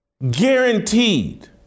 Guaranteed